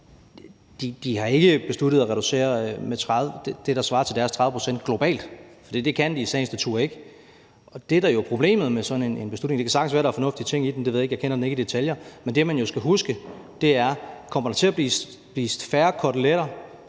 De har ikke besluttet at reducere med det, der svarer til deres 30 pct., globalt, for det kan de i sagens natur ikke. Men det, man jo skal huske i forbindelse med sådan en beslutning – det kan sagtens være, at der er fornuftige ting i den; det ved jeg ikke, jeg kender den ikke i detaljer – er, at spørge, om der kommer til at blive spist færre koteletter